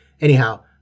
Anyhow